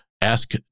Ask